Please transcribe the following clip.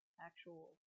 actual